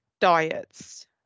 diets